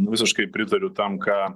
visiškai pritariu tam ką